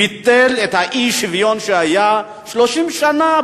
ביטל את האי-שוויון שהיה 30 שנה,